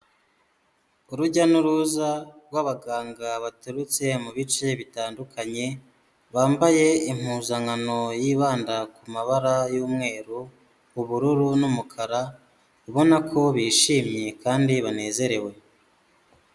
Urujya n'uruza rw'abaganga baturutse mu bice bitandukanye bambaye impuzankano yibanda ku mabara y'umweru, ubururu n'umukara ubona ko bishimye kandi banezerewe.